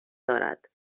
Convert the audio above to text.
دارد